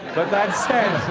but that said,